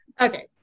Okay